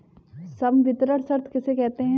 संवितरण शर्त किसे कहते हैं?